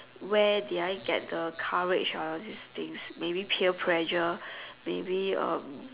where I did get the courage for all these things maybe peer pressure maybe um